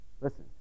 Listen